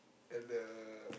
and the